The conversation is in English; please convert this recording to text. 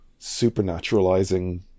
supernaturalizing